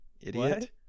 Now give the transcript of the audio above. Idiot